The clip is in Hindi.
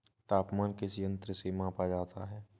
तापमान किस यंत्र से मापा जाता है?